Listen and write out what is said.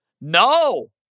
No